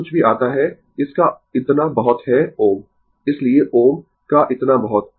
जो कुछ भी आता है इसका इतना बहुत है Ω इसलिए Ω का इतना बहुत